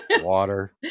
water